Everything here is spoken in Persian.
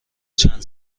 چند